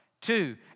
two